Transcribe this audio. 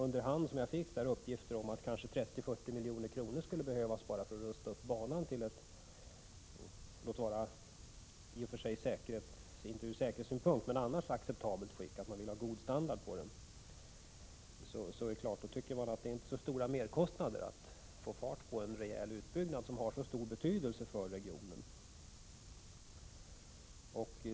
Under hand fick jag uppgiften att kanske 30-40 milj.kr. skulle behövas bara för att rusta upp banan till acceptabelt skick, till god standard — låt vara inte ur säkerhetssynpunkt. Då tycker man naturligtvis att det inte är så stora merkostnader för att få fart på en rejäl utbyggnad som har så stor betydelse för regionen.